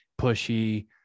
pushy